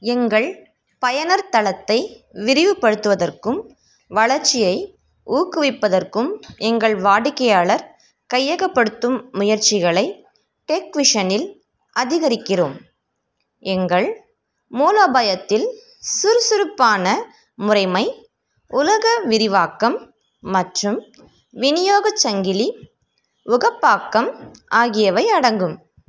எங்கள் பயனர் தளத்தை விரிவுபடுத்துவதற்கும் வளர்ச்சியை ஊக்குவிப்பதற்கும் எங்கள் வாடிக்கையாளர் கையகப்படுத்தும் முயற்சிகளை டெக்விஷனில் அதிகரிக்கிறோம் எங்கள் மூலோபாயத்தில் சுறுசுறுப்பான முறைமை உலக விரிவாக்கம் மற்றும் விநியோகச் சங்கிலி உகப்பாக்கம் ஆகியவை அடங்கும்